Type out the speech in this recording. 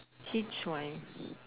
H Y